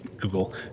Google